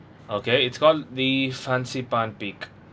okay it's called the fansipan peak